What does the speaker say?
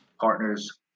partners